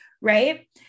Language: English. right